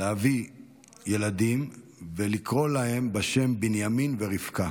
להביא ילדים ולקרוא להם בשמות בנימין ורבקה.